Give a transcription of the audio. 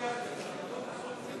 ראש האופוזיציה חבר הכנסת יצחק הרצוג,